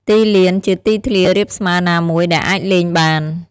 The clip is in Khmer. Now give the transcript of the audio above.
ទីលាន ជាទីធ្លារាបស្មើណាមួយដែលអាចលេងបាន។